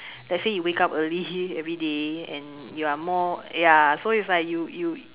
let's say wake up early everyday and you are more ya so is like you you